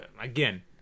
again